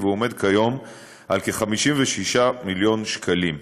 וכיום הוא כ-56 מיליון ש"ח.